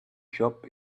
shop